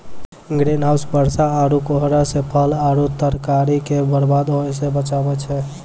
green house बरसा आरु कोहरा से फल आरु तरकारी के बरबाद होय से बचाबै छै